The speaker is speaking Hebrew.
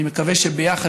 אני מקווה שביחד,